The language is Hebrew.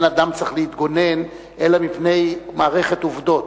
אין אדם צריך להתגונן אלא מפני מערכת עובדות,